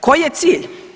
Koji je cilj?